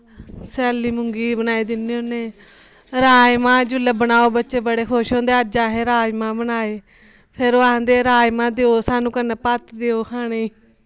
सैली मुंगी दी बनाई दिन्ने होन्ने राजमां जिसलै बनाओ बच्चे बड़े खुश होंदे अज असैं राैजमां बनाए फिर ओह् आखदे राजमां देओ सानू कन्नै भत्त दियो खाने